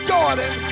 Jordan